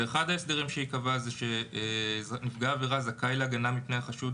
אחד ההסדרים שייקבע הוא שנפגע עבירה זכאי להגנה מפני החשוד,